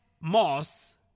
Moss